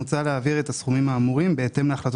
מוצע להעביר את הסכומים האמורים בהתאם להחלטות